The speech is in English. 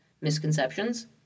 misconceptions